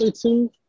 two